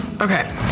Okay